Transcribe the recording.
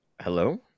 Hello